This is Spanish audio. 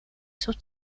sus